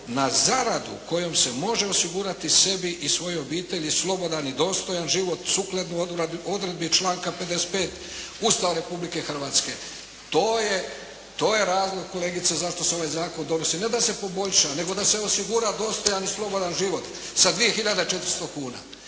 na zaradu kojom se može osigurati sebi i svojoj obitelji slobodan i dostojan život sukladno odredbi članka 55. Ustava Republike Hrvatske. To je razlog kolegice zašto se ovaj zakon donosi, ne da se poboljša nego da se osigura dostojan i slobodan život sa 2